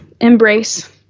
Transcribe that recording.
embrace